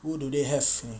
who do they have